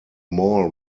mall